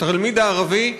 התלמיד הערבי,